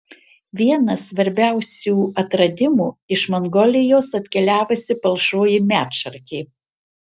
vienas svarbiausių atradimų iš mongolijos atkeliavusi palšoji medšarkė